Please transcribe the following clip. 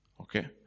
Okay